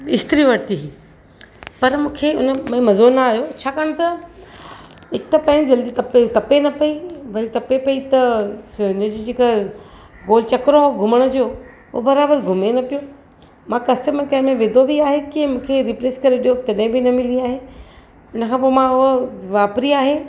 इस्त्री वरिती पर मूंखे इन में मज़ो न आयो छाकाणि त हिकु त पहिरीं जल्दी तपे तपे न पई वरी तपे पई त इन जी जेका गोल चक्रो आहे घुमणु जो उहो बराबरु घुमे न पियो मां कस्टमरु केर में विधो बि आहे की मूंखे आहिनि रीप्लेस करे ॾियो तॾहिं बि न मिली आहे इन खां पोइ मां उहा वापिरी आहे